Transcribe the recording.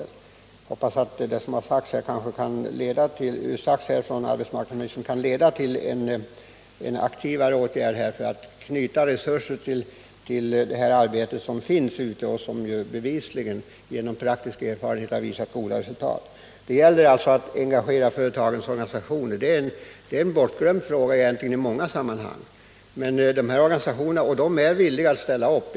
Jag hoppas också att vad som har sagts här av arbetsmarknadsministern kan leda till aktiva åtgärder för att knyta resurser till det arbete som redan pågår och som i praktiken bevisligen har gett goda resultat. Det gäller alltså att engagera företagsorganisationerna, vilket varit en bortglömd fråga i många sammanhang hittills. Organisationerna är själva villiga att ställa upp.